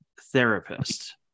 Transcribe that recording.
therapist